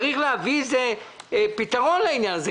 צריך להביא איזה פתרון לעניין הזה.